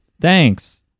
Thanks